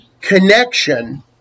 connection